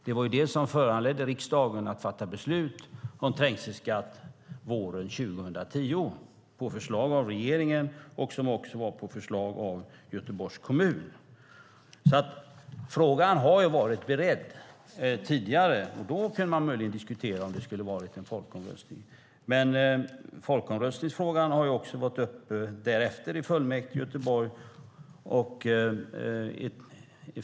Det var det som föranledde riksdagen att fatta beslut om trängselskatt våren 2010 på förslag av regeringen och också på förslag av Göteborgs kommun. Frågan har beretts tidigare, och då kunde man möjligen ha diskuterat om det skulle vara en folkomröstning. Folkomröstningsfrågan har därefter också varit uppe i fullmäktige i Göteborg.